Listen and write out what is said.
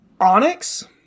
Onyx